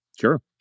Sure